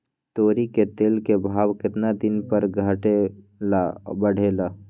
तोरी के तेल के भाव केतना दिन पर घटे ला बढ़े ला?